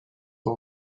for